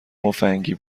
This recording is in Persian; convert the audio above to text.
مفنگی